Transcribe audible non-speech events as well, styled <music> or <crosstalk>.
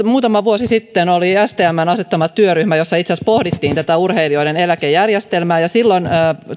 <unintelligible> muutama vuosi sitten oli stmn asettama työryhmä jossa itse asiassa pohdittiin tätä urheilijoiden eläkejärjestelmää ja silloin